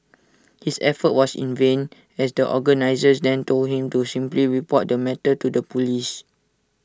his effort was in vain as the organisers then told him to simply report the matter to the Police